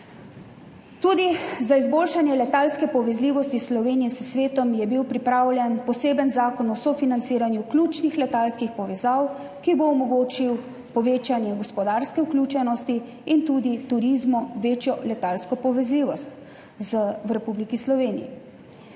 Tudi za izboljšanje letalske povezljivosti Slovenije s svetom je bil pripravljen poseben zakon o sofinanciranju ključnih letalskih povezav, ki bo omogočil povečanje gospodarske vključenosti in tudi turizmu večjo letalsko povezljivost z Republiko Slovenijo.